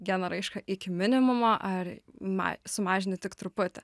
geno raišką iki minimumo ar ma sumažini tik truputį